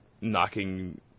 knocking